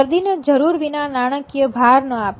દર્દી ને જરૂર વિના નાણાકીય ભાર ન આપે